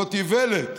זאת איוולת.